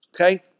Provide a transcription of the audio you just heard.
Okay